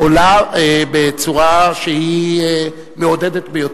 עולה בצורה שהיא מעודדת ביותר,